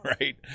right